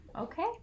Okay